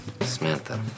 Samantha